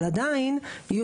אבל עדיין יהיו